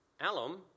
Alum